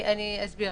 אני אסביר.